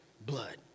blood